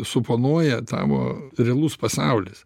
suponuoja tavo realus pasaulis